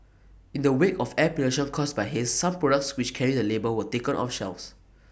in the wake of air pollution caused by haze some products which carry the label were taken off shelves